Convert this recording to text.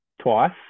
twice